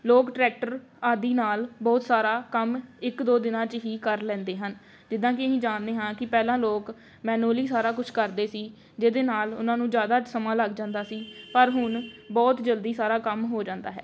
ਲੋਕ ਟਰੈਕਟਰ ਆਦਿ ਨਾਲ ਬਹੁਤ ਸਾਰਾ ਕੰਮ ਇੱਕ ਦੋ ਦਿਨਾਂ 'ਚ ਹੀ ਕਰ ਲੈਂਦੇ ਹਨ ਜਿੱਦਾਂ ਕਿ ਅਸੀਂ ਜਾਣਦੇ ਹਾਂ ਕਿ ਪਹਿਲਾਂ ਲੋਕ ਮੈਨੁਅਲੀ ਸਾਰਾ ਕੁਛ ਕਰਦੇ ਸੀ ਜਿਹਦੇ ਨਾਲ ਉਹਨਾਂ ਨੂੰ ਜ਼ਿਆਦਾ ਸਮਾਂ ਲੱਗ ਜਾਂਦਾ ਸੀ ਪਰ ਹੁਣ ਬਹੁਤ ਜਲਦੀ ਸਾਰਾ ਕੰਮ ਹੋ ਜਾਂਦਾ ਹੈ